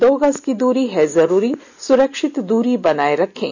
दो गज की दूरी है जरूरी सुरक्षित दूरी बनाए रखें